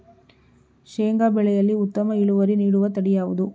ಶೇಂಗಾ ಬೆಳೆಯಲ್ಲಿ ಉತ್ತಮ ಇಳುವರಿ ನೀಡುವ ತಳಿ ಯಾವುದು?